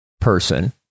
person